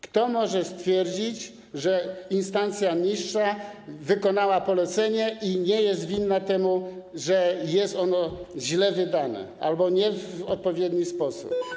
Kto może stwierdzić, że niższa instancja wykonała polecenie i nie jest winna temu, że jest ono źle wydane albo nie w odpowiedni sposób?